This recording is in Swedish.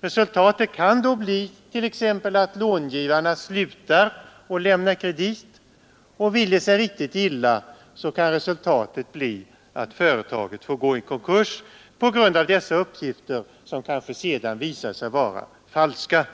Resultatet kan då bli bl.a. att långivarna slutar att lämna kredit, och vill det sig riktigt illa, kan resultatet bli att företaget får gå i konkurs på grund av dessa uppgifter, som kanske sedan visar sig vara falska.